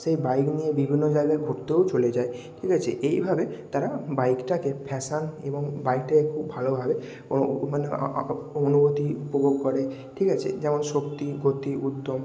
সেই বাইক নিয়ে বিভিন্ন জায়গায় ঘুরতেও চলে যায় ঠিক আছে এইভাবে তারা বাইকটাকে ফ্যাশন এবং বাইকটাকে খুব ভালোভাবে মানে অনুভূতি উপভোগ করে ঠিক আছে যেমন শক্তি গতি উদ্যম